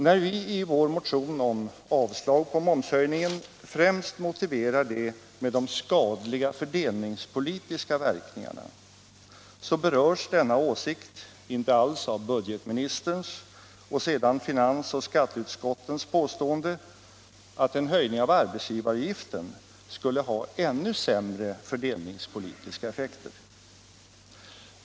När vi i vår motion om avslag på momshöjningen främst motiverar det med de skadliga fördelningspolitiska verkningarna berörs denna åsikt inte alls av budgetministerns — och sedan finansoch skatteutskottens — påstående att en höjning av arbetsgivaravgiften skulle ha ännu sämre fördelningspolitiska effekter.